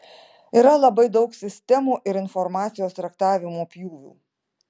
yra labai daug sistemų ir informacijos traktavimo pjūvių